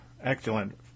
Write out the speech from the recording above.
excellent